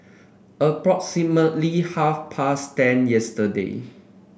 Approximately half past ten yesterday